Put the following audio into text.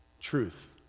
truth